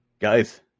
guys